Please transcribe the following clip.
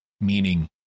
meaning